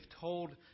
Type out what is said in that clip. told